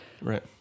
Right